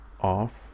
off